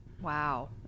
Wow